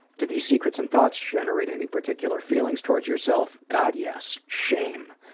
do these secrets and thoughts generate any particular feelings towards yourself? god yes. shame.